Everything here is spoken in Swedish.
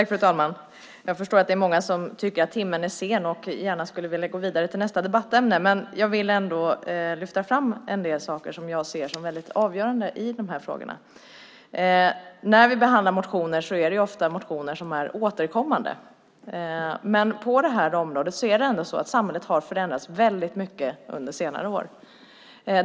Fru talman! Jag förstår att många tycker att timmen är sen och gärna skulle vilja gå vidare till nästa debattämne. Jag vill ändå lyfta fram en del saker som jag ser som avgörande i dessa frågor. När vi behandlar motioner är det ofta motioner som är återkommande. Inom detta område har dock samhället förändrats mycket under senare år.